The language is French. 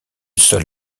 sol